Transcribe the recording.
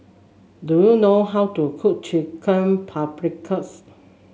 do you know how to cook Chicken Paprikas